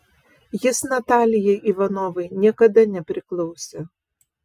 jis natalijai ivanovai niekada nepriklausė